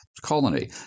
colony